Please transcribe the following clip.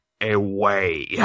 away